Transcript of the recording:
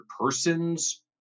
persons